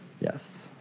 yes